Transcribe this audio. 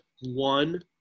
one